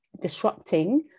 disrupting